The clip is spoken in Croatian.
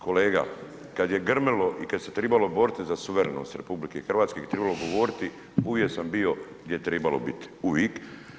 Kolega, kad je grmilo i kad se trebalo boriti za suverenost RH i kad je trebalo govoriti, uvijek sam bio gdje je trebalo bit, uvijek.